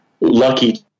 lucky